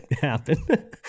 happen